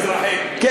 פסטיבל הזמר המזרחי.